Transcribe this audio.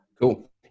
cool